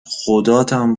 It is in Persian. خداتم